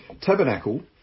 tabernacle